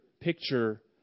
picture